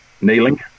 kneeling